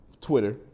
Twitter